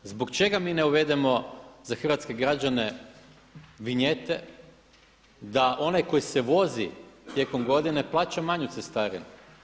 Zbog čega mi ne uvedemo za hrvatske građane vinjete da onaj koji se vozi tijekom godine plaća manju cestarinu.